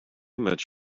much